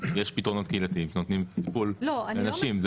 יש פתרונות קהילתיים שנותנים טיפול לאנשים.